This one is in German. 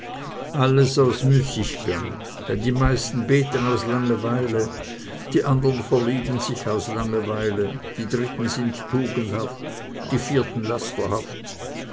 alles aus müßiggang denn die meisten beten aus langeweile die andern verlieben sich aus langeweile die dritten sind tugendhaft die vierten